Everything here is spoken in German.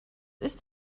ist